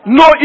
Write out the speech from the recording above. no